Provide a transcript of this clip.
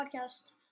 podcast